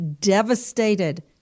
devastated